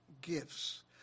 gifts